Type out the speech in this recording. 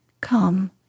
Come